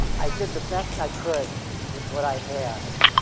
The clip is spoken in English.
i did the best i could with what i had.